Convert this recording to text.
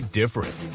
different